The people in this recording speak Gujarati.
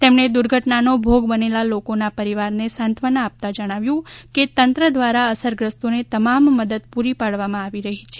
તેમણે દુર્ધટનાનો ભોગ બનેલા લોકના પરિવારને સાંત્વના આપતા જણાવ્યું છે કે તંત્ર દ્વારા અસરગ્રસ્તોને તમામ મદદ પૂરી પાડવામાં આવી રહી છે